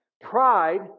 Pride